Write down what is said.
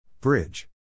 Bridge